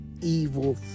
evil